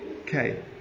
okay